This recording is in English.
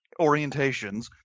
orientations